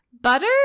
butter